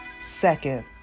second